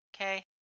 Okay